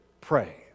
pray